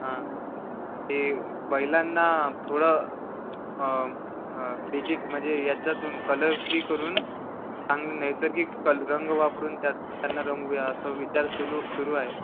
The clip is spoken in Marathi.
हां ते बैलांना थोडं डिजिट म्हणजे याच्यातून कलर फ्री करून चांगले नैसर्गिक कल रंग वापरून त्या त्यांना रंगवूया असं विचार सुरू सुरू आहे